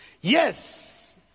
Yes